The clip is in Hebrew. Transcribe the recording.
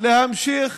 להמשיך